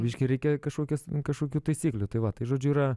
biškį reikia kažkokias kažkokių taisyklių tai va tai žodžiu yra